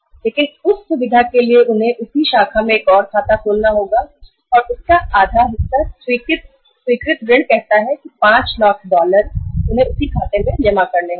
लेकिन उस सुविधा के लिए उन्हें बैंक की उसी शाखा में एक और खाता खोलना होगा और स्वीकृत ऋण का आधा हिस्सा यानी 5 लाख डॉलर उस खाते में जमा करने होंगे